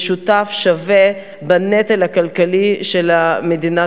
אנחנו יודעים שבאותם המקצועות אשה מרוויחה פחות מגבר,